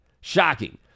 Shocking